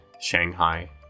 Shanghai